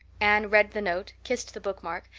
anne read the note, kissed the bookmark,